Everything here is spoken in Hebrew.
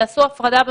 תעשו הפרדה,